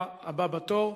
אתה הבא בתור.